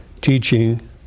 teaching